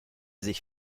sich